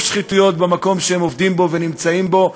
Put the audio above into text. שחיתויות במקום שהם עובדים בו ונמצאים בו.